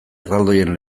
erraldoien